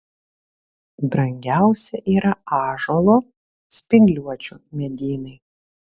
brangiausi yra ąžuolo spygliuočių medynai